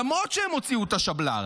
למרות שהם הוציאו את השבל"ר.